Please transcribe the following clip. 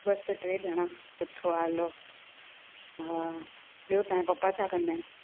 बसि टे ॼणा सुठो आहे हलो हा ॿियो तव्हां जो पप्पा छा कंदा आहिनि